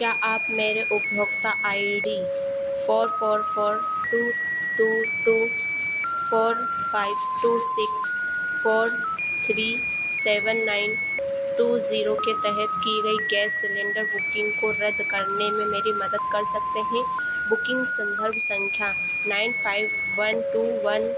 क्या आप मेरे उपभोक्ता I D four four four two two two four five two six four three seven nine two zero के तहत की गई गैस सिलेण्डर बुकिन्ग को रद्द करने में मेरी मदद कर सकते हैं बुकिन्ग सन्दर्भ सँख्या nine five one two one